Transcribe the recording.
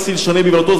כסיל שונה באיוולתו.